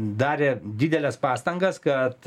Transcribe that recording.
darė dideles pastangas kad